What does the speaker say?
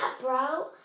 bro